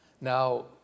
Now